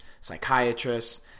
psychiatrists